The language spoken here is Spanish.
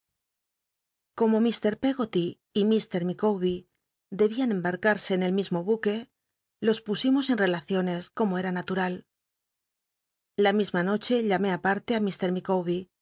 como mr peggoty y m micawbcr debian embarcase en el mismo buque los pusimos en relaciones como era natural la misma noche llamé ti parle ti